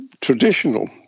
traditional